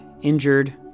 injured